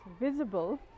visible